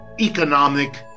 economic